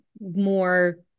more